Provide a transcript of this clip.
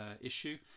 issue